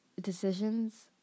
decisions